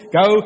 go